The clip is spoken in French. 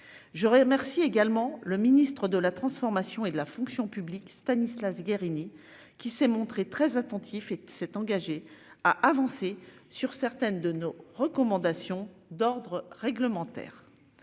Je remercie également le ministre de la transformation et de la fonction publique Stanislas Guerini, qui s'est montré très attentif et s'est engagé à avancer sur certaines de nos recommandations d'ordre réglementaire.